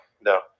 No